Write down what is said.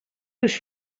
les